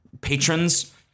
patrons